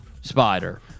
spider